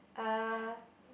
uh